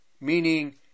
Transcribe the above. meaning